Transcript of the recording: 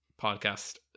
podcast